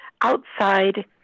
outside